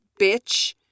bitch